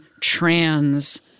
trans